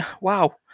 wow